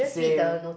same